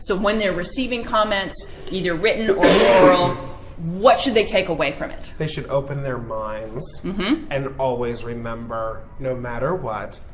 so when they're receiving comments either written or oral what should they take away from it? matthew they should open their minds and always remember, no matter what,